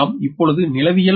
நாம் இப்பொழுது நிலவியல்